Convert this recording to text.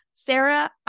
Sarah